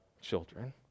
children